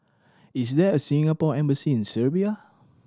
is there a Singapore Embassy in Serbia